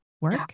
work